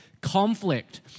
conflict